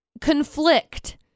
conflict